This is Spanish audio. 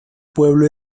pueblo